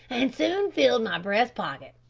and soon filled my breast pocket.